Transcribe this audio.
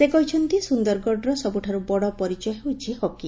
ସେ କହିଛନ୍ତି ସୁନ୍ଦରଗଡ଼ର ସବୁଠାରୁ ବଡ଼ ପରିଚୟ ହେଉଛି ହକି